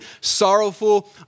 sorrowful